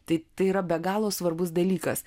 tai tai yra be galo svarbus dalykas